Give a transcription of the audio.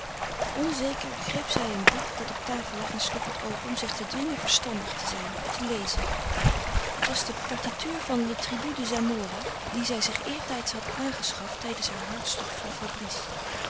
onzeker greep zij een boek dat op tafel lag en sloeg het open om zich te dwingen verstandig te zijn te lezen het was de partiture van le tribut de zamora die zij zich eertijds had aangeschaft tijdens heuren hartstocht voor fabrice